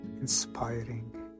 inspiring